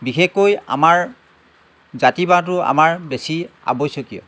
বিশেষকৈ আমাৰ জাতি বাঁহটো আমাৰ বেছি আৱশ্যকীয়